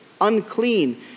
unclean